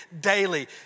daily